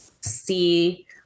see